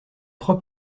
trois